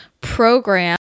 program